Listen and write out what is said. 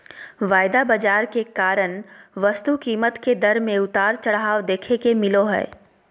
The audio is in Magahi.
वायदा बाजार के कारण वस्तु कीमत के दर मे उतार चढ़ाव देखे ले मिलो जय